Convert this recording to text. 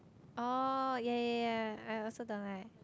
oh yea yea yea I also don't like